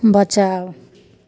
बचाउ